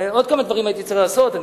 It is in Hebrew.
עוד כמה דברים הייתי צריך לעשות.